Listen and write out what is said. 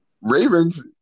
Ravens